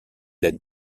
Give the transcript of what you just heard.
l’aide